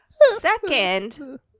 Second